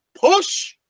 push